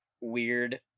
weird